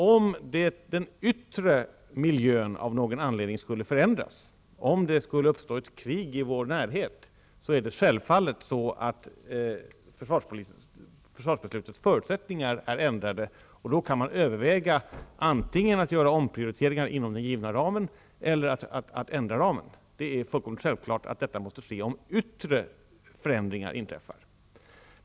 Om den yttre miljön av någon anledning skulle förändras, om det skulle uppstå ett krig i vår närhet, ändras självklart försvarsbeslutets förutsättningar. Då går det att överväga att antingen göra omprioriteringar inom den givna ramen eller att ändra ramen. Det är fullkomligt självklart att detta måste ske om yttre förändringar inträffar.